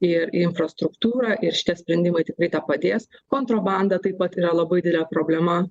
ir infrastruktūrą ir šitie sprendimai tikrai padės kontrabanda taip pat yra labai didelė problema